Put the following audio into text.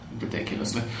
ridiculously